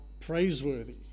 Praiseworthy